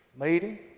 meeting